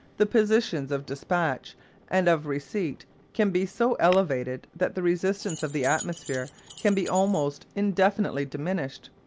the positions of despatch and of receipt can be so elevated that the resistance of the atmosphere can be almost indefinitely diminished.